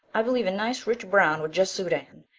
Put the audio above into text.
i believe a nice rich brown would just suit anne,